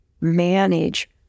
manage